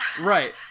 Right